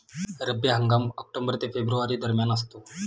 रब्बी हंगाम ऑक्टोबर ते फेब्रुवारी दरम्यान असतो